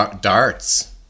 darts